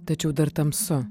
tačiau dar tamsu